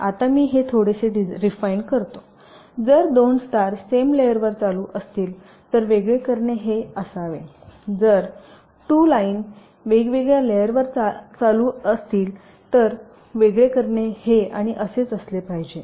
आता मी हे थोडेसे रिफाइन करतो जर 2 स्टार सेम लेअरवर चालू असतील तर वेगळे करणे हे असावे जर 2 तारा वेगवेगळ्या लेअरवर चालू असतील तर वेगळे करणे हे आणि असेच असले पाहिजे